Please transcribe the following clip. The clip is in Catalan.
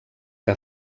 que